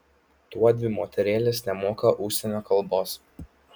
tuodvi moterėlės nemoka užsienio kalbos